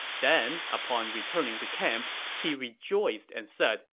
then, upon returning to camp, he rejoiced and said,